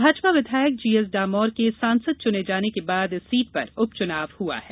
भाजपा विधायक जीएस डामोर के सांसद चुने जाने के बाद इस सीट पर उप चुनाव हुआ है